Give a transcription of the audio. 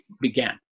began